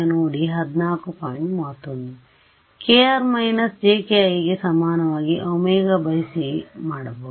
kr jkiಗೆ ಸಮನಾಗಿ ωc ಮಾಡಬಹುದು